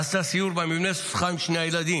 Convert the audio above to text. עשתה סיור במבנה ושוחחה עם ילדים,